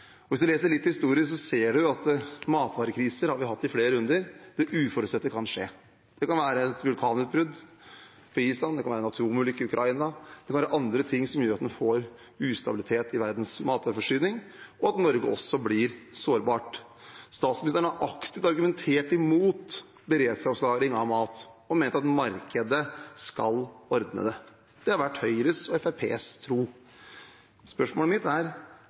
Hvis man leser litt historie, ser man at matvarekriser har vi hatt i flere runder. Det uforutsette kan skje. Det kan være et vulkanutbrudd på Island. Det kan være en atomulykke i Ukraina. Det kan være andre ting som gjør at man får ustabilitet i verdens matvareforsyning, og at Norge også blir sårbart. Statsministeren har aktivt argumentert mot beredskapslagring av mat og ment at markedet skal ordne det. Det har vært Høyre og Fremskrittspartiets tro. Spørsmålet mitt er: